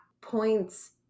points